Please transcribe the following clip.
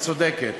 את צודקת,